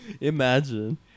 Imagine